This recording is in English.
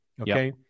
Okay